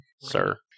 sir